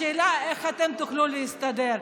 השאלה איך אתם תוכלו להסתדר.